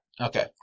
okay